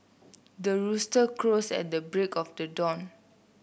the rooster crows at the break of the dawn